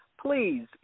please